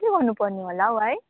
के गर्नु पर्ने होला हौ है